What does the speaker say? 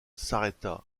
s’arrêta